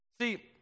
see